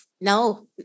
No